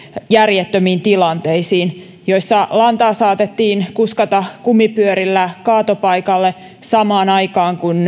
järjettömiin tilanteisiin joissa lantaa saatettiin kuskata kumipyörillä kaatopaikalle samaan aikaan kun